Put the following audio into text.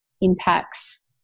impacts